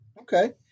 Okay